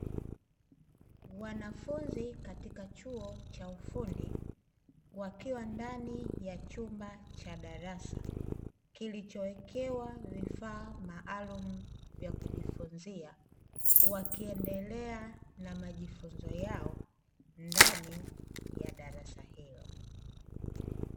Wanafunzi katika chuo cha ufundi wakiwa ndani ya chumba cha darasa, kilichoekewa vifaa maalumu vya kujifunzia, wakiendelea na majifunzo yao ndani ya darasa hilo.